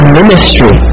ministry